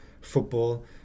football